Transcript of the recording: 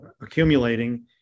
accumulating